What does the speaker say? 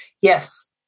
Yes